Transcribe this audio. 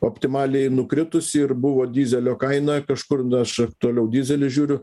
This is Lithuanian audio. optimaliai nukritusi ir buvo dyzelio kaina kažkur aš aktualiau dyzelį žiūriu